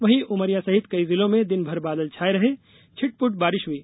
वहीं उमरिया सहित कई जिलों में दिन भर बादल छाये रहे छिटपुट बारिश हई